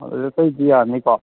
ꯑꯗꯣ ꯑꯇꯩꯗꯤ ꯌꯥꯔꯅꯤꯀꯣ